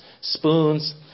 spoons